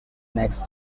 next